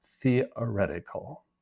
theoretical